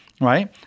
Right